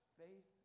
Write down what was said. faith